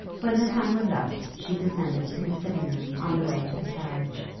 when the time was up, she descended to the sitting-room on the way to the carriage,